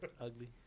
Ugly